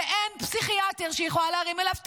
ואין פסיכיאטר שהיא יכולה להרים אליו טלפון.